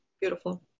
Beautiful